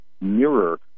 mirror